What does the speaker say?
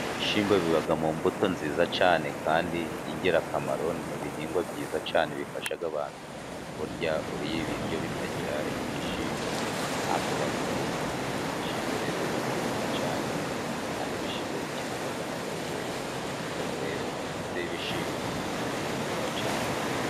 Ibishyimbo biba mu mbuto nziza cyane kandi y'ingirakamaro, ni mu bihingwa byiza cyane bifasha abantu burya uriye ibiryo bitagira ibishyimbo ntabwo uba uriye. Ibishyimbo rero biba byiza cyane kandi ibishyimbo bikenerwa na buri wese, rero imbuto y'ibishyimbo ni nziza cyane.